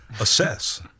assess